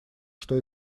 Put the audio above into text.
что